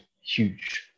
huge